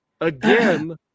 Again